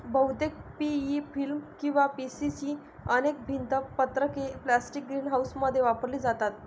बहुतेक PE film किंवा PC ची अनेक भिंत पत्रके प्लास्टिक ग्रीनहाऊसमध्ये वापरली जातात